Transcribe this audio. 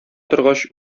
торгач